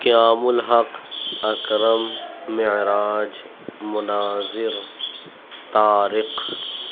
قیام الحق اکرم معراج مناظر طارق